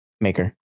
Maker